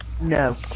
No